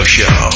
Show